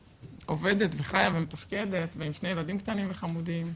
ועובדת וחיה ומתפקדת ועם שני ילדים קטנים וחמודים.